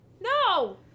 No